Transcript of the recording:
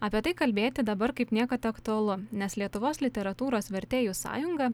apie tai kalbėti dabar kaip niekad aktualu nes lietuvos literatūros vertėjų sąjunga